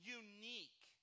unique